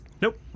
Nope